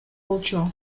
болчу